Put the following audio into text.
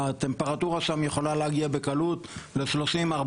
הטמפרטורה שם יכולה להגיע בקלות ל-30 40